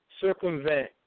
circumvent